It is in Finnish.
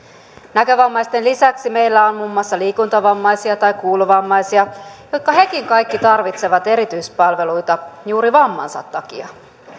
näkövammaisten lisäksi meillä on muun muassa liikuntavammaisia tai kuulovammaisia jotka hekin kaikki tarvitsevat erityispalveluita juuri vammansa takia